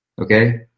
Okay